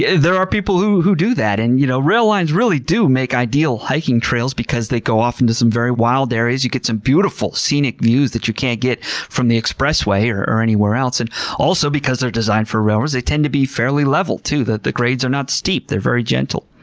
yeah there are people who who do that, and you know rail lines really do make ideal hiking trails because they go off into some very wild areas. you get some beautiful, scenic views that you can't get from the expressway or or anywhere else. and also because they're designed for railroads, they tend to be fairly level, too. the grades are not steep. they're very gentle.